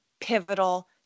pivotal